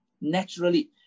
naturally